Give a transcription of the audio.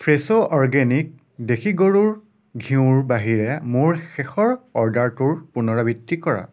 ফ্ৰেছো organic দেশী গৰুৰ ঘিউৰ বাহিৰে মোৰ শেষৰ অৰ্ডাৰটোৰ পুনৰাবৃত্তি কৰা